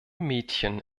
mädchen